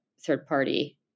third-party